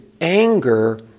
anger